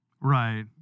Right